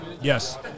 Yes